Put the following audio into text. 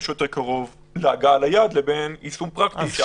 שיותר קרוב להגעה ליעד לבין יישום פרקטי.